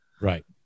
Right